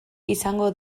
izango